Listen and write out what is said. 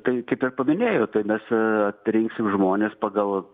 tai kaip ir paminėjau tai mes atrinksim žmones pagal